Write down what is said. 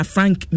Frank